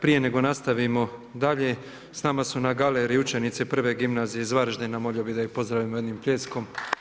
Prije nego nastavimo dalje, s nama su na galeriji učenici Prve gimnazije iz Varaždina, molio bih da ih pozdravimo jednim pljeskom.